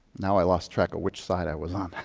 now i lost track of which side i was on.